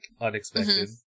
unexpected